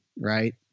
right